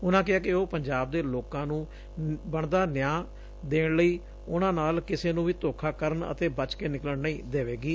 ਉਨ੍ਹਾ ਕਿਹਾ ਕਿ ਉਹ ਪੰਜਾਬ ਦੇ ਲੋਕਾਂ ਨੂੰ ਨਿਆਂ ਬਣਦਾ ਨਿਆਂ ਦੇਣ ਲਈ ਉਨ੍ਹਾਂ ਨਾਲ ਕਿਸੇ ਨੂੰ ਵੀ ਧੋਖਾ ਕਰਨ ਅਤੇ ਬਚ ਕੇ ਨਿਕਲਣ ਨਹੀਂ ਦੇਣਗੇ